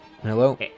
Hello